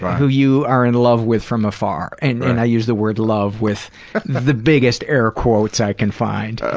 who you are in love with from afar. and and i use the word love with the biggest air quotes i can find.